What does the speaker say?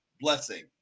blessing